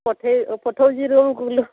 ପଠେଇ ପଠଉଛି ରୁମ୍